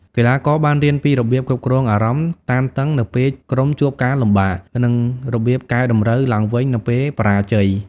កីឡាករបានរៀនពីរបៀបគ្រប់គ្រងអារម្មណ៍តានតឹងនៅពេលក្រុមជួបការលំបាក និងរបៀបកែតម្រូវឡើងវិញនៅពេលបរាជ័យ។